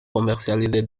commercialisés